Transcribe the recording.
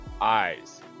eyes